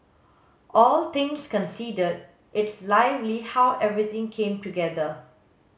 all things considered it's lovely how everything came together